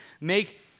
make